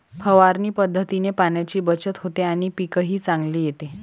फवारणी पद्धतीने पाण्याची बचत होते आणि पीकही चांगले येते